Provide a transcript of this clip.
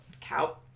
Cow